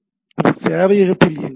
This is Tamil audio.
இது சேவையகத்தில் இயங்குகிறது